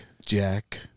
Jack